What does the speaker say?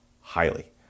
highly